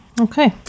Okay